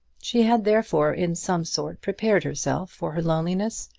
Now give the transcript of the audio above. she had therefore in some sort prepared herself for her loneliness,